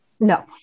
No